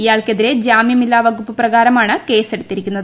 ഇയാൾക്കെതിരെ ജാമ്യമില്ല വകുപ്പ് പ്രകാരമാണ് കേസെടുത്തിരുന്നത്